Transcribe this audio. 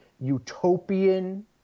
utopian